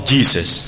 Jesus